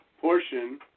portion